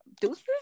deuces